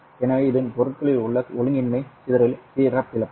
எனவே இது பொருட்களில் உள்ள ஒழுங்கின்மை சிதறலின் சிறப்பியல்பு